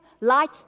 Light